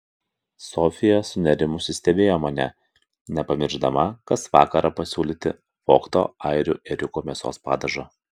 sofija sunerimusi stebėjo mane nepamiršdama kas vakarą pasiūlyti vogto airių ėriuko mėsos padažo